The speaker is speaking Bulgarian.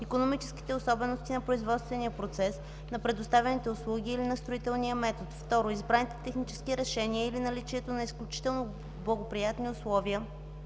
икономическите особености на производствения процес, на предоставяните услуги или на строителния метод; 2. избраните технически решения или наличието на изключително благоприятни условия